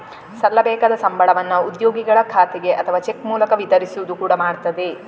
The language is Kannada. ಸಲ್ಲಬೇಕಾದ ಸಂಬಳವನ್ನ ಉದ್ಯೋಗಿಗಳ ಖಾತೆಗೆ ಅಥವಾ ಚೆಕ್ ಮೂಲಕ ವಿತರಿಸುವುದು ಕೂಡಾ ಮಾಡ್ತದೆ